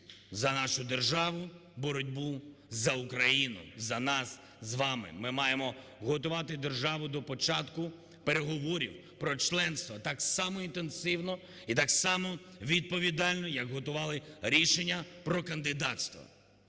за нашу державу, боротьбу за Україну, за нас з вами. Ми маємо готувати державу до початку переговорів про членство так само інтенсивно і так само відповідально, як готували рішення про кандидатство.